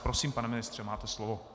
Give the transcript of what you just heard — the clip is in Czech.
Prosím, pane ministře, máte slovo.